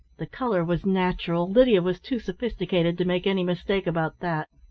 the colour was natural, lydia was too sophisticated to make any mistake about that.